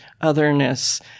otherness